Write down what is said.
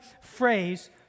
phrase